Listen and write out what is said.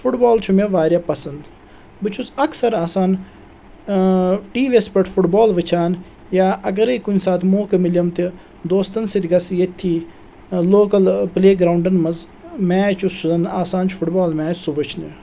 foot بال چھُ مےٚ واریاہ پَسنٛد بہٕ چھُس اَکثر آسان ٹی وی یَس پٮ۪ٹھ فُٹ بال وٕچھان یا اَگَرَے کُنہِ ساتہٕ موقعہٕ مِلم تہِ دوستَن سۭتۍ گژھِ ییٚتھی لوکَل پٕلے گرٛاوُنٛڈَن منٛز میچ یُس چھُ زَنہٕ آسان چھُ فُٹ بال میچ سُہ وٕچھنہٕ